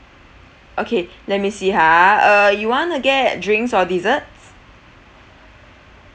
okay let me see ha uh you want to get drinks or desserts